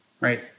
right